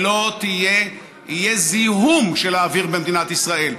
שלא יהיה זיהום של האוויר במדינת ישראל,